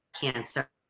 cancer